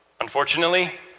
Unfortunately